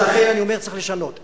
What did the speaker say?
אז לכן אני אומר, צריך לשנות.